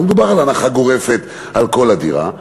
לא מדובר על הנחה גורפת על כל הדירות,